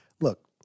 look